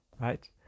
right